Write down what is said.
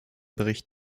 bericht